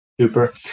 Super